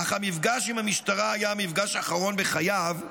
אך המפגש עם המשטרה היה המפגש האחרון בחייו,